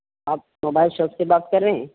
آپ mobile shop سے بات کر رہے ہیں